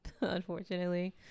Unfortunately